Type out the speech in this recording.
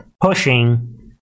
pushing